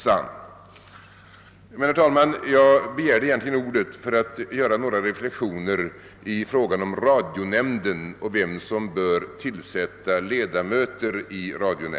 Men, herr talman, jag begärde egentligen ordet för att göra några reflexioner i fråga om radionämnden och vem som bör tillsätta ledamöter i den.